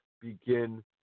begin